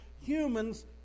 humans